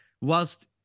whilst